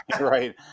Right